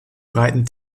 breiten